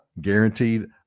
guaranteed